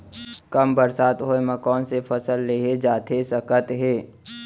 कम बरसात होए मा कौन से फसल लेहे जाथे सकत हे?